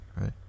right